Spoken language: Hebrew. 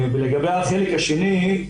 לגבי החלק השני.